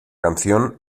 canción